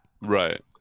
Right